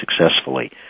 successfully